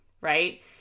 right